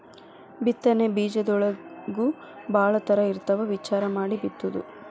ಬಿತ್ತನೆ ಬೇಜದೊಳಗೂ ಭಾಳ ತರಾ ಇರ್ತಾವ ವಿಚಾರಾ ಮಾಡಿ ಬಿತ್ತುದು